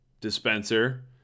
dispenser